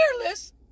fearless